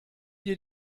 dir